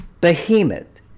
Behemoth